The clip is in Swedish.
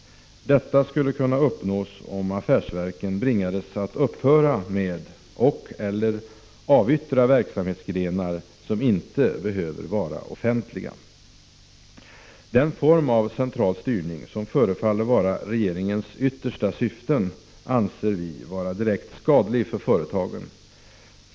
Detta skulle kunna uppnås om affärsverken bringades att upphöra med och/eller avyttra verksamhetsgrenar som inte behöver vara offentliga. Den form av central statlig styrning som förefaller vara regeringens yttersta syfte anser vi vara direkt skadlig för företagen.